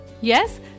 Yes